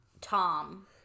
Tom